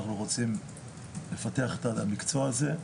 אנחנו רוצים לפתח את המקצוע הזה.